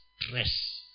stress